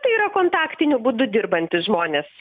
tai yra kontaktiniu būdu dirbantys žmonės